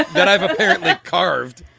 that i've apparently carved